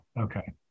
Okay